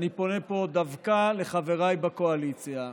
ואני פונה דווקא לחבריי בקואליציה,